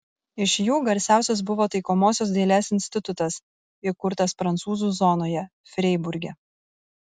iš jų garsiausias buvo taikomosios dailės institutas įkurtas prancūzų zonoje freiburge